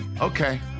Okay